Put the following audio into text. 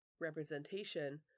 representation